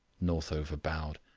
northover bowed.